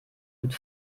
mit